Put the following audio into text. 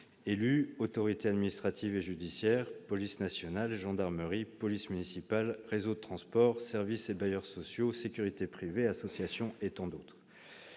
élus, autorités administrative et judiciaire, police nationale et gendarmerie, polices municipales, réseaux de transport, services et bailleurs sociaux, sécurités privées, associations et tant d'autres.